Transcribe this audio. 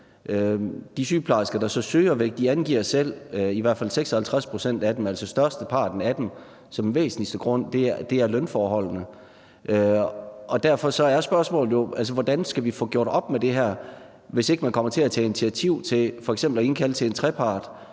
De sygeplejersker, der så søger væk, angiver selv – i hvert fald 56 pct. af dem, altså størsteparten af dem – som væsentligste grund lønforholdene. Derfor er spørgsmålet jo, hvordan vi skal få gjort op med det her. Hvis ikke man kommer til at tage initiativ til f.eks. at indkalde til en trepart,